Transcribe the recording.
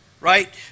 right